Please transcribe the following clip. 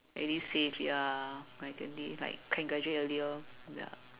really save ya by twenty it's like can graduate earlier ya